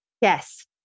Yes